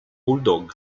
bulldog